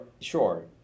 Sure